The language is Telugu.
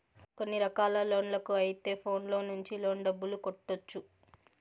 కొన్ని రకాల లోన్లకు అయితే ఫోన్లో నుంచి లోన్ డబ్బులు కట్టొచ్చు